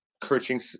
coaching